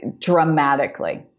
dramatically